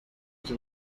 qui